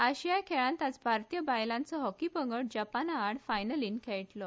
आयसीआय खेळांत आयज भारतीय बायलांचो हॉकी पंगड जपान आनी फायनलींत खेळटलो